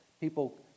People